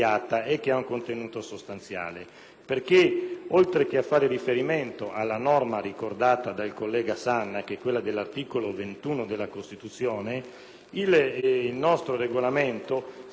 perché oltre a fare riferimento alla norma ricordata dal collega Sanna, quella dell'articolo 21 della Costituzione, il nostro Regolamento cita altre norme costituzionali